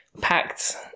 packed